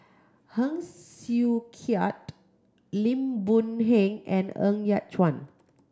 Heng Sui Keat Lim Boon Heng and Ng Yat Chuan